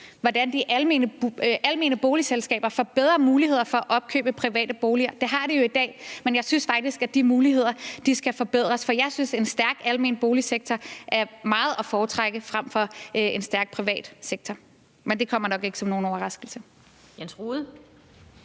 hvordan de almene boligselskaber får bedre muligheder for at opkøbe private boliger. Det har de jo i dag, men jeg synes faktisk, at de muligheder skal forbedres, for jeg synes, at en stærk almen boligsektor er meget at foretrække frem for en stærk privat sektor. Men det kommer nok ikke som nogen overraskelse. Kl.